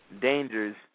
dangers